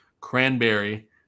cranberry